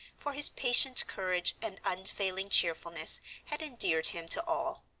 for his patient courage and unfailing cheerfulness had endeared him to all.